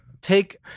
Take